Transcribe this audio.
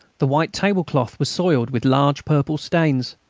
the white tablecloth was soiled with large purple stains.